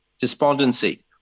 despondency